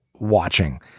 Watching